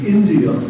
India